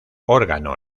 órgano